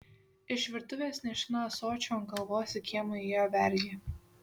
iš virtuvės nešina ąsočiu ant galvos į kiemą įėjo vergė